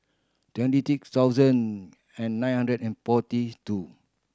twenty six thousand and nine hundred and forty two